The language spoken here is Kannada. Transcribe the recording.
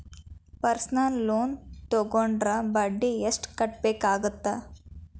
ಪರ್ಸನಲ್ ಲೋನ್ ತೊಗೊಂಡ್ರ ಬಡ್ಡಿ ಎಷ್ಟ್ ಕಟ್ಟಬೇಕಾಗತ್ತಾ